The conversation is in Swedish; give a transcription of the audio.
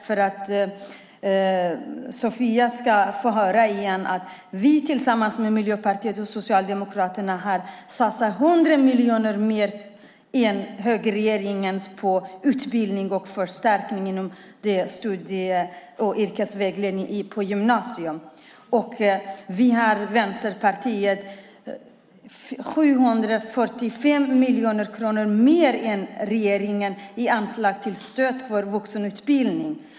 För att Sofia ska få höra det igen kan jag säga att vi tillsammans med Miljöpartiet och Socialdemokraterna har satsat 100 miljoner mer än högerregeringen på utbildning och förstärkning av studie och yrkesvägledning på gymnasiet. Vi i Vänsterpartiet lägger 745 miljoner kronor mer än regeringen i anslag till stöd för vuxenutbildning.